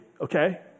okay